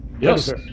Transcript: Yes